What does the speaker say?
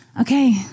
Okay